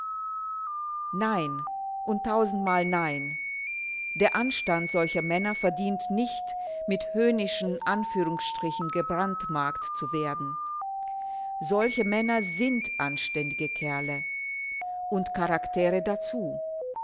nein und tausendmal nein der anstand solcher männer verdient nicht mit höhnischen anführungsstrichen gebrandmarkt zu werden solche männer sind anständige kerle und charaktere dazu